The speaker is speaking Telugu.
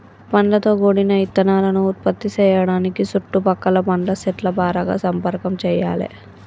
పండ్లతో గూడిన ఇత్తనాలను ఉత్పత్తి సేయడానికి సుట్టు పక్కల పండ్ల సెట్ల పరాగ సంపర్కం చెయ్యాలే